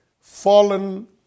fallen